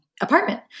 apartment